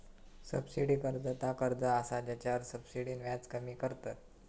subsidy कर्ज ता कर्ज असा जेच्यावर सब्सिडीन व्याज कमी करतत